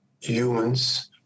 humans